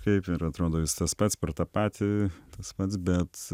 kaip ir atrodo vis tas pats per tą patį tas pats bet